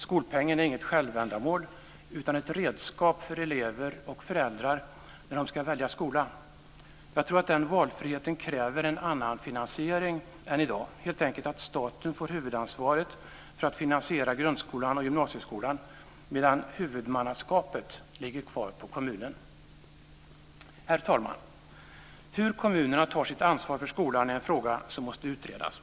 Skolpengen är inte ett självändamål utan ett redskap för elever och föräldrar när de ska välja skola. Jag tror att den valfriheten kräver en annan finansiering än i dag. Staten får helt enkelt huvudansvaret för att finansiera grundskolan och gymnasieskolan, medan huvudmannaskapet ligger kvar på kommunen. Herr talman! Hur kommunerna tar sitt ansvar för skolan är en fråga som måste utredas.